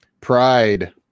pride